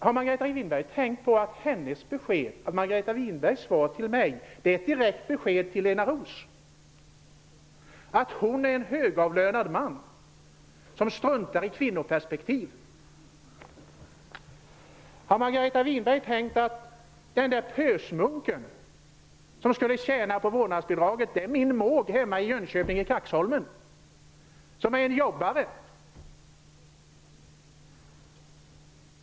Har Margareta Winberg tänkt på att hennes svar till mig är ett direkt besked till Lena Roos att hon är en högavlönad man som struntar i kvinnoperspektivet? Har Margareta Winberg tänkt på att den där pösmunken som skulle tjäna på vårdnadsbidraget är min måg hemma i Jönköping, i Kaxholmen, som är en jobbare.